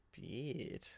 Beat